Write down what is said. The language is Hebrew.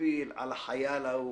להפיל על החייל ההוא,